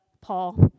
Paul